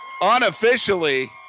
unofficially